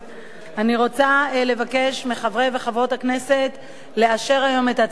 אני רוצה לבקש מחברי וחברות הכנסת לאשר היום את הצעת החוק.